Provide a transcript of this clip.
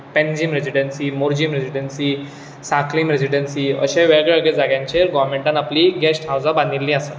Panjim residency Morjim residency Sanquelim residency अशे वेगळ्यावेगळ्या जाग्यांचेर गोर्वनंमेंटान आपलीं गॅस्ट हावसां बांदिल्लीं आसात